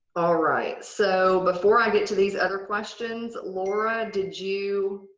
alright! so before i get to these other questions, laura did you